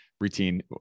routine